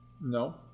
No